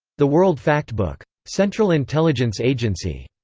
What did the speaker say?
the world factbook. central intelligence agency.